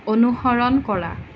অনুসৰণ কৰা